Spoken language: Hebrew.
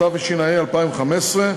התשע"ה 2015,